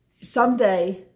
someday